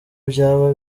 byaba